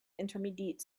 intermediate